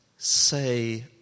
Say